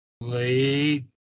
late